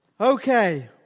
Okay